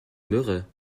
myrrhe